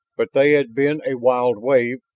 but they had been a wild wave,